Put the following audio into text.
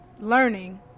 learning